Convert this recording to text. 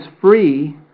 free